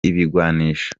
ibigwanisho